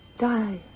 die